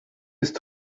ist